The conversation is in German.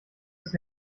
ist